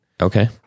Okay